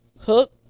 Hook